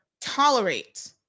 tolerate